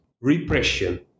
repression